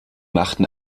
machten